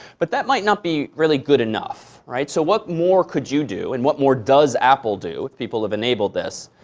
but that might not be really good enough. so what more could you do? and what more does apple do, if people have enabled this,